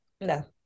No